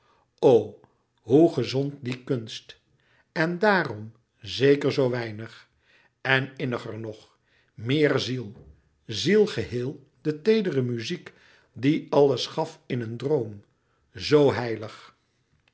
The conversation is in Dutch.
hoe gezond die kunst en daarom zeker zoo weinig en inniger nog meer ziel ziel geheel de teedere muziek die alles gaf in een droom zoo heilig